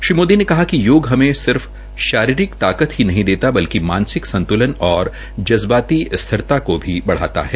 श्री मोदी ने कहा कि योग हमे सिर्फ शारीरिक ताकत ही नहीं देता बल्कि मानसिक संतुलन और जज्बाती स्थिरता को बढ़ाता है